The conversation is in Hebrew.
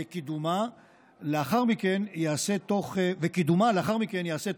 וקידומה לאחר מכן ייעשה תוך הצמדתה